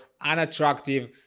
unattractive